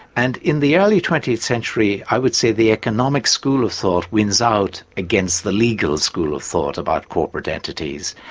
and in the early twentieth century i would say the economic school of thought wins out against the legal school of thought about corporate entities.